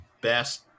best